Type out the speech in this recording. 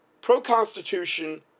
pro-constitution